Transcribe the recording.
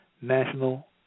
national